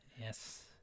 Yes